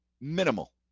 minimal